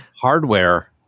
Hardware